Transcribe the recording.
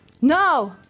...no